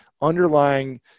underlying